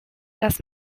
dass